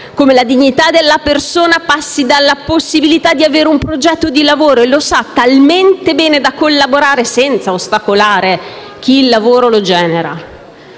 come la dignità della persona passi dalla possibilità di avere un progetto di lavoro e lo sa talmente bene da collaborare - senza ostacolare - chi il lavoro lo genera.